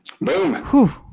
Boom